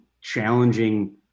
challenging